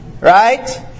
Right